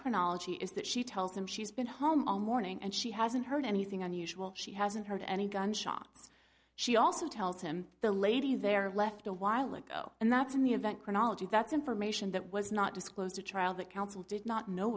chronology is that she tells him she's been home all morning and she hasn't heard anything unusual she hasn't heard any gunshots she also tells him the lady there left a while ago and that's in the event chronology that's information that was not disclosed to trial that counsel did not know